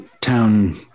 town